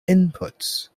inputs